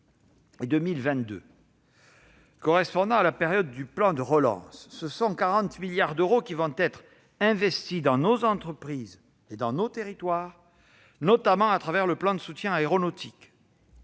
et 2022, qui correspondent à la période du plan de relance, ce sont 40 milliards d'euros qui seront investis dans nos entreprises et nos territoires, notamment à travers le plan de soutien aéronautique.